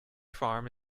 farm